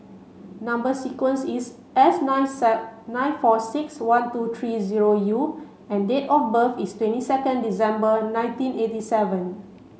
number sequence is S nine nine four six one two three zero U and date of birth is twenty second December nineteen eighty seven